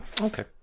Okay